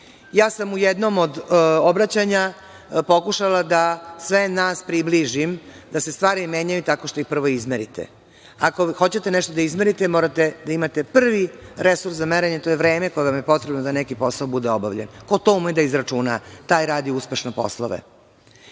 sam u jednom od obraćanja pokušala da sve nas približim, da se stvari menjaju tako što ih prvo izmerite. Ako hoćete nešto da izmerite, morate da imate prvi resurs za merenje, a to je vreme, pa vam je potrebno da neki posao bude obavljen. Ko to ume da izračuna, taj radi uspešno poslove. Imate